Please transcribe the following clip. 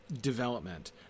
development